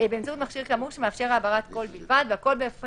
"הוארך